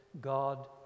God